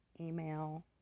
email